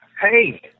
Hey